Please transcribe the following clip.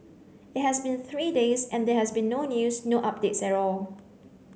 it has been three days and there has been no news no updates at all